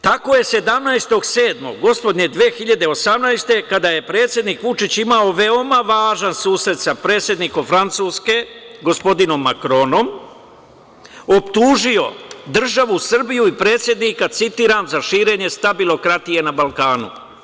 Tako je 17.07.2018. godine, kada je predsednik Vučić imao veoma važan susret sa predsednikom Francuske gospodinom Makronom, optužio državu Srbiju i predsednika, citiram, za širenje stabilokratije na Balkanu.